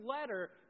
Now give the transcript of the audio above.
letter